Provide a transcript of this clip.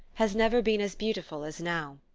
has never been as beautiful as now.